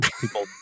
people